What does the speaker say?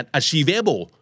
achievable